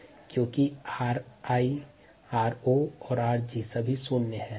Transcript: यह ऋणात्मक है क्योंकि 𝒓𝒊 0 𝒓o 0 𝒓g 0 है